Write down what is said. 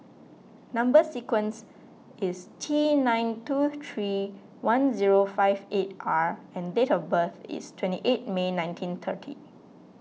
Number Sequence is T nine two three one zero five eight R and date of birth is twenty eight May nineteen thirty